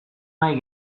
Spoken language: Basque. nahi